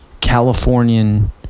Californian